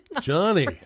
Johnny